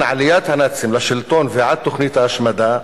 עליית הנאצים לשלטון ועד תוכנית ההשמדה,